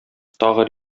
тагы